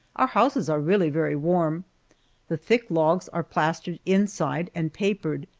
our houses are really very warm the thick logs are plastered inside and papered,